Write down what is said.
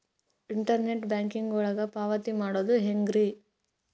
Internet banking ಒಳಗ ಪಾವತಿ ಮಾಡೋದು ಹೆಂಗ್ರಿ?